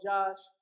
Josh